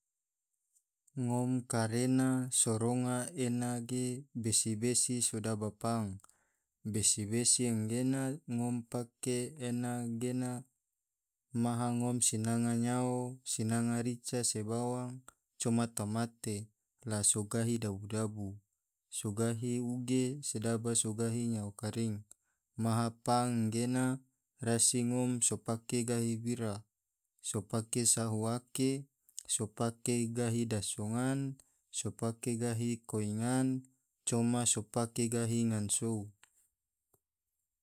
Ngom kare na so ronga ena ge besi-besi sodaba pang besi-besi nggena ngom pake ena gena maha ngom sinangan nyao, sinanga rica se bawang, coma tomate la sogahi dabu-dabu, so gahi uge sodaba gahi nyao karing, maha pang anggena rasi ngom so pake gahi bira, so pake sahu ake, so pake gahi dasu ngan, so pake gahi koi ngan, coma so pake gahi ngan sou.